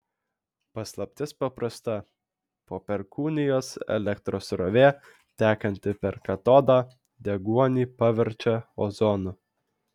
paslaptis paprasta po perkūnijos elektros srovė tekanti per katodą deguonį paverčia ozonu